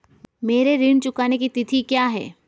मेरे ऋण चुकाने की तिथि क्या है?